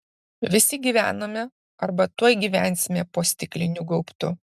visi gyvename arba tuoj gyvensime po stikliniu gaubtu